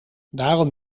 daarom